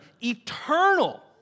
eternal